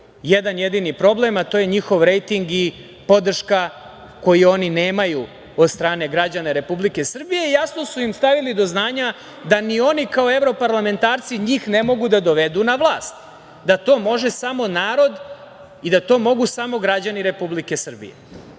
jedan jedini problem, a to je njihov rejting i podrška koju oni nemaju od strane građana Republike Srbije i jasno su im stavili do znanja da ni oni kao evroparlamentarci njih ne mogu da dovedu na vlast, da to može samo narod i da to mogu samo građani Republike Srbije. To